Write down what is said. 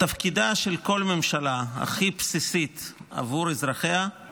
תפקידה הבסיסי של כל ממשלה בעבור אזרחיה הוא